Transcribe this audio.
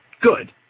good